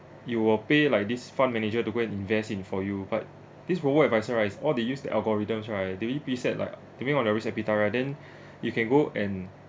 you will pay like this fund manager to go and invest in for you but this robo-advisor right is all they use the algorithms right then we pre-set like then you can go and